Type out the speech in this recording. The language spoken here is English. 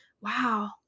wow